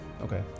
Okay